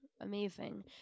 amazing